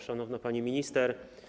Szanowna Pani Minister!